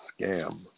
scam